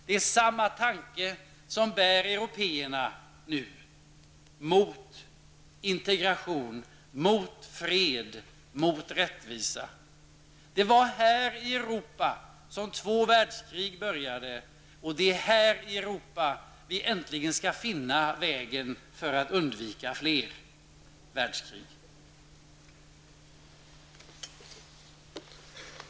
Det är samma tanke som nu bär européerna mot integration, mot fred och mot rättvisa. Det var här i Europa som två världskrig började. Det är här i Europa vi äntligen skall finna vägen för att undvika fler världskrig.